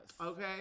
Okay